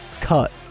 cut